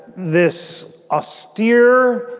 this austere,